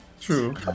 true